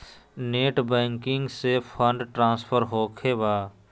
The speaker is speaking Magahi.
नेट बैंकिंग से फंड ट्रांसफर होखें बा?